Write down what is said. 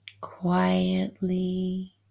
quietly